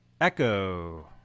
echo